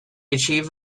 achieved